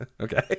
okay